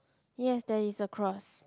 yes there is a cross